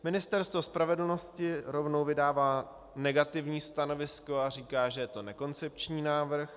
Ministerstvo spravedlnosti rovnou vydává negativní stanovisko a říká, že je to nekoncepční návrh.